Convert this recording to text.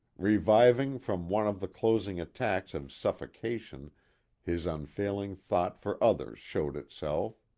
reviving from one of the closing attacks of suffocation his unfailing thought for others showed itself.